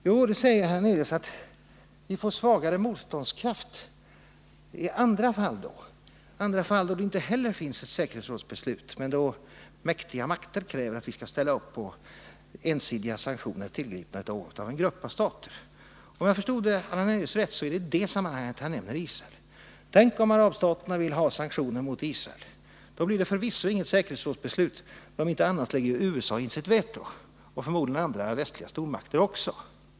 Jo, säger Allan Hernelius, vi får mindre motståndskraft i andra fall där det inte heller finns ett säkerhetsrådsbeslut men där mäktiga stater kräver att vi skall ställa upp på ensidiga sanktioner, tillgripna av en grupp av stater. Om jag förstod Allan Hernelius rätt. var det i det sammanhanget han nämnde Israel. Tänk, om arabstaterna vill ha sanktioner mot Israel! Då blir det förvisso inget säkerhetsrådsbeslut; om inte annat lägger ju USA in ett veto och förmodligen andra västliga stormakter också.